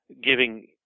giving –